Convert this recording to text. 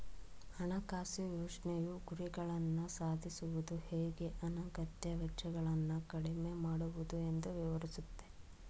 ಹಣಕಾಸು ಯೋಜ್ನೆಯು ಗುರಿಗಳನ್ನ ಸಾಧಿಸುವುದು ಹೇಗೆ ಅನಗತ್ಯ ವೆಚ್ಚಗಳನ್ನ ಕಡಿಮೆ ಮಾಡುವುದು ಎಂದು ವಿವರಿಸುತ್ತೆ